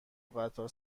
قطار